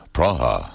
Praha